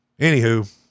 Anywho